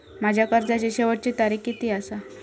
माझ्या कर्जाची शेवटची तारीख किती आसा?